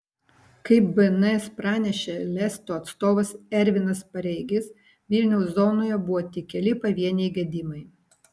kaip bns pranešė lesto atstovas ervinas pareigis vilniaus zonoje buvo tik keli pavieniai gedimai